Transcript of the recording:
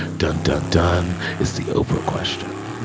dun, dun, dun, it's the oprah question.